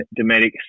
Dometic